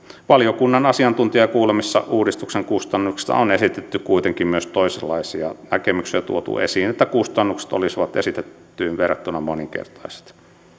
valiokunnan asiantuntijakuulemisissa uudistuksen kustannuksista on esitetty kuitenkin myös toisenlaisia näkemyksiä tuotu esiin että kustannukset olisivat esitettyyn verrattuna moninkertaiset